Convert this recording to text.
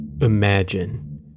Imagine